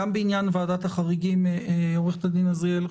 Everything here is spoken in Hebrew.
גם בעניין ועדת החריגים, עו"ד אזריאל.